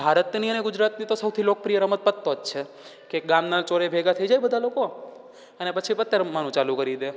ભારતની અને ગુજરાતની તો સૌથી લોકપ્રિય રમત પત્તા જ છે કે એક ગામને ચોરે ભેગા થઈ જાય બધાં લોકો અને પછી પત્તા રમવાનું ચાલુ કરી દે